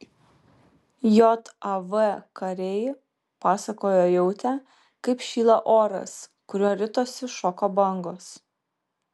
jav kariai pasakojo jautę kaip šyla oras kuriuo ritosi šoko bangos